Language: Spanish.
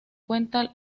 cuenta